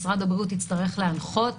משרד הבריאות יצטרך להנחות,